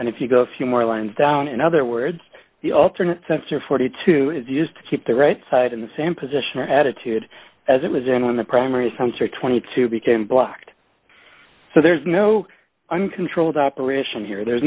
then if you go a few more lines down in other words the alternate sensor forty two is used to keep the right side in the same position or attitude as it was in on the primaries times or twenty two became blocked so there's no uncontrolled operation here there's